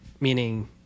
meaning